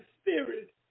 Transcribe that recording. spirit